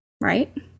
right